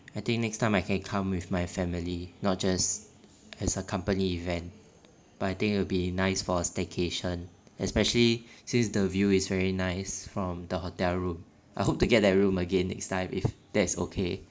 I think next time I can come with my family not just as a company event but I think it'll be nice for a staycation especially since the view is very nice from the hotel room I hope to get that room again next time if that is okay